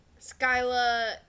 Skyla